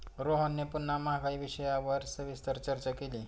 रोहनने पुन्हा महागाई विषयावर सविस्तर चर्चा केली